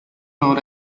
known